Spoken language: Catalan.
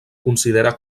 considera